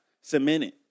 cemented